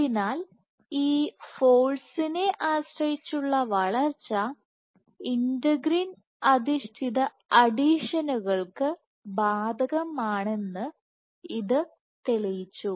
അതിനാൽ ഈ ഫോഴ്സിനെ ആശ്രയിച്ചുള്ള വളർച്ച ഇന്റഗ്രിൻ അധിഷ്ഠിത അഡ്ഹീഷനുകൾക്ക് ബാധകമാണെന്ന് ഇത് തെളിയിച്ചു